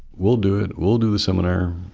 we'll do it. we'll do the seminar.